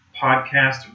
podcast